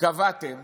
שקבעתם